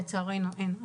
לצערנו אין.